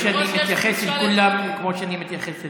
הוא חושב שאני מתייחס לכולם כמו שאני מתייחס אליו.